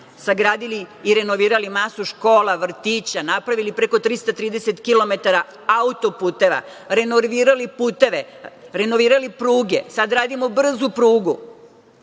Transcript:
sagradili i renovirali masu škola, vrtića, napravili preko 330 kilometara autoputeva, renovirali puteve, renovirali pruge, sad radimo brzu prugu,